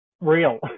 real